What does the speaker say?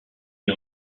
est